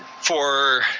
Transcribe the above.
for